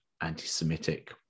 anti-Semitic